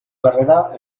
carrera